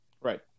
right